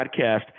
Podcast